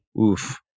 Oof